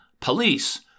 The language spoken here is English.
Police